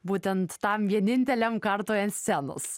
būtent tam vieninteliam kartui ant scenos